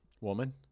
woman